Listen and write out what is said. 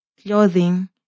clothing